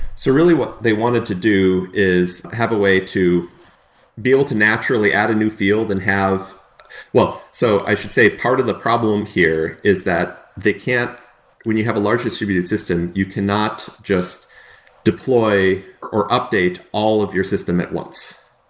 so really, what they wanted to do is have a way to be able to naturally add a new field and have well, so i should say part of the problem here is that the they can't when you have a large distributed system, you cannot just deploy or update all of your system at once.